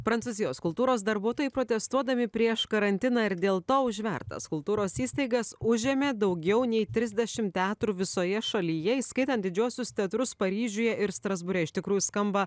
prancūzijos kultūros darbuotojai protestuodami prieš karantiną ir dėl to užvertas kultūros įstaigas užėmė daugiau nei trisdešimt teatrų visoje šalyje įskaitant didžiuosius teatrus paryžiuje ir strasbūre iš tikrųjų skamba